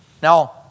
Now